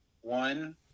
One